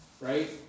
Right